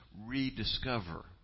rediscover